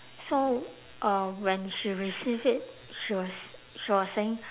so uh when she received it she was she was saying